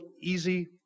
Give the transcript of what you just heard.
easy